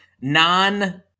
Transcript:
non